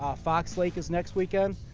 um fox lake is next weekend.